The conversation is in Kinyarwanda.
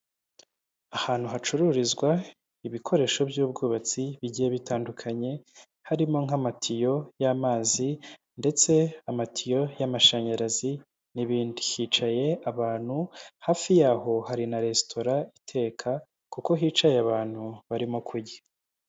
Ahantu hacururizwa ibikoresho by'ubwubatsi bigiye bitandukanye, harimo nk'amatiyo y'amazi ndetse amatiyo y'amashanyarazi n'ibindi. Hicaye abantu hafi yaho, hari na resitora iteka kuko hicaye abantu barimo kurya.